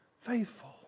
faithful